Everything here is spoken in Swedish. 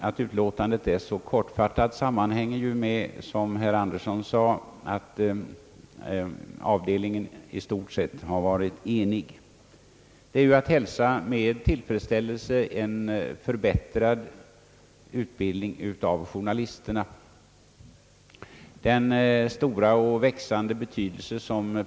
Att utlåtandet blivit så kortfattat sammanhänger dock med att avdelningen, såsom herr Andersson sade, i stort sett har varit enig. En förbättrad journalistutbildning måste naturligtvis hälsas med tillfredsställelse.